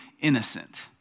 innocent